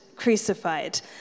crucified